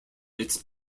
its